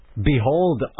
Behold